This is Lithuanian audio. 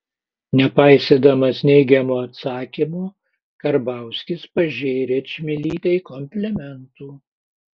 nepaisydamas neigiamo atsakymo karbauskis pažėrė čmilytei komplimentų